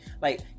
like-